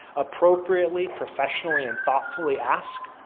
appropriately professionally and thoughtfully ask.